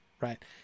Right